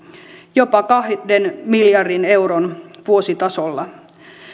jopa kahden miljardin euron vuositasolla